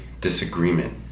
disagreement